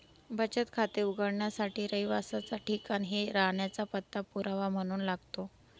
बचत खाते उघडण्यासाठी रहिवासाच ठिकाण हे राहण्याचा पत्ता पुरावा म्हणून लागतो